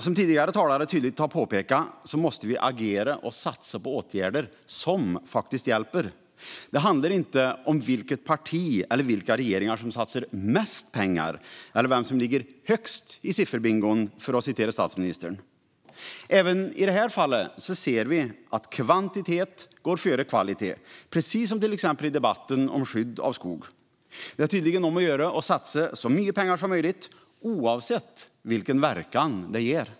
Som tidigare talare tydligt har påpekat måste vi dock agera och satsa på åtgärder som faktiskt hjälper. Det handlar inte om vilket parti eller vilka regeringar som satsar mest pengar - eller vem som ligger högst i sifferbingon, för att tala med statsministern. Även i det här fallet ser vi att kvantitet går före kvalitet, precis som i exempelvis debatten om skydd av skog. Det är tydligen viktigt att satsa så mycket pengar som möjligt, oavsett vilken verkan det ger.